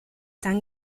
tan